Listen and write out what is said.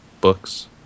books